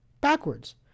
backwards